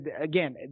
again